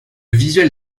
visuel